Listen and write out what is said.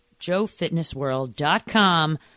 joefitnessworld.com